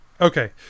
Okay